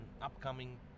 upcoming